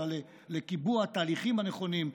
אלא לקיבוע התהליכים הנכונים,